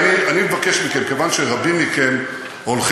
לא ענית על, אני מבקש מכם, כיוון שרבים מכם הולכים